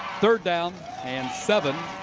third down and seven.